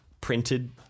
printed